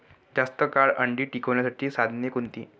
जास्त काळ अंडी टिकवण्यासाठी साधने कोणती?